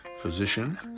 physician